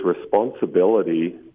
responsibility